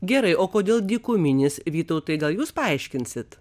gerai o kodėl dykuminis vytautai gal jūs paaiškinsite